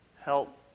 Help